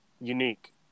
unique